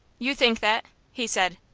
you think that? he said.